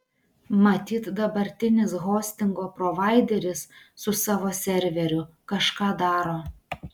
matyt dabartinis hostingo provaideris su savo serveriu kažką daro